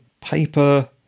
paper